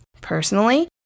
Personally